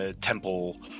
temple